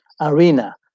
arena